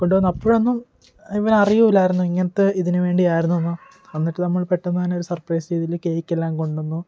അപ്പോഴൊന്നും ഇവന് അറിയൂല്ലായിരുന്നു ഇങ്ങനത്തെ ഇതിന് വേണ്ടി ആയിരുന്നുവെന്ന് എന്നിട്ട് നമ്മൾ പെട്ടന്ന് തന്നെ ഒരു സർപ്രൈസ് രീതിയിൽ കേക്ക് എല്ലാം കൊണ്ടുവന്നു